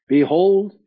Behold